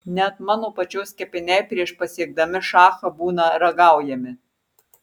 net mano pačios kepiniai prieš pasiekdami šachą būna ragaujami